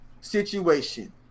situation